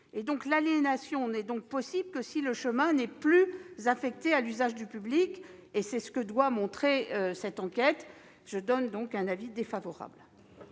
l'aliénation n'est possible que si le chemin n'est plus affecté à l'usage du public : c'est ce que doit montrer cette enquête. L'avis est donc défavorable.